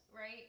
right